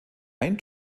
ein